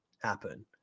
happen